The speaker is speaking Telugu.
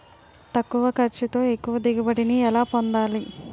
తక్కువ ఖర్చుతో ఎక్కువ దిగుబడి ని ఎలా పొందాలీ?